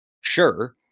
sure